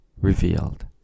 Revealed